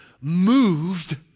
moved